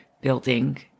building